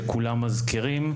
שכולם מזכירים,